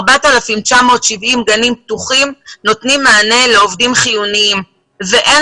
4,970 גנים פתוחים ונותנים מענק לעובדים חיוניים ואין